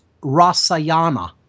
Rasayana